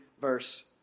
verse